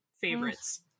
favorites